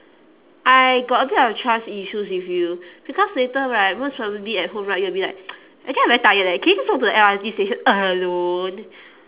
I got a bit of trust issues with you because later right most probably at home right you'll be like actually I very tired leh can you just go to the L_R_T station alone